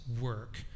work